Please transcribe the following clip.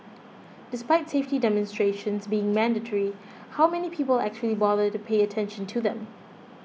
despite safety demonstrations being mandatory how many people actually bother to pay attention to them